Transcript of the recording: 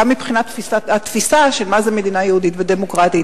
גם מבחינת התפיסה של מה זו מדינה יהודית ודמוקרטית.